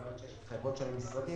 כלומר יש התחייבויות של המשרדים.